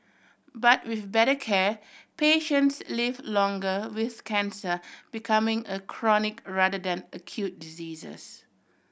but with better care patients live longer with cancer becoming a chronic rather than acute diseases